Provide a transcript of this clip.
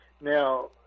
now